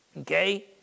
okay